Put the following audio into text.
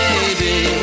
Baby